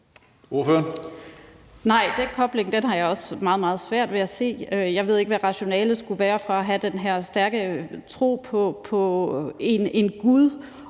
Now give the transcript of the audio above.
Nej, den kobling har jeg også meget, meget svært ved at se. Jeg ved ikke, hvad rationalet skulle være for at have den her stærke tro på en gud